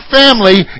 family